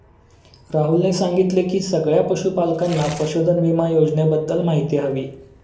राहुलने सांगितले की सगळ्या पशूपालकांना पशुधन विमा योजनेबद्दल माहिती हवी